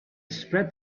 spread